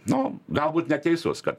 nu gal būt neteisus kad